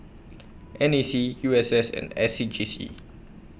N A C U S S and S C G C